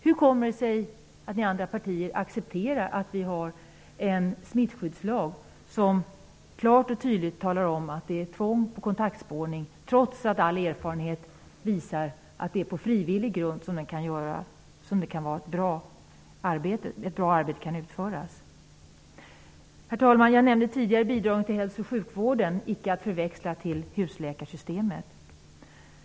Hur kommer det sig att ni i övriga partier accepterar en smittskyddslag som klart och tydligt talar om att det är tvång på kontaktspårning, trots att all erfarenhet visar att det är på frivillig grund som ett bra arbete kan utföras? Herr talman! Jag nämnde tidigare bidragen till hälso och sjukvården, icke att förväxla med bidrag till husläkarsystemet.